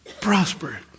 prosper